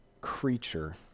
creature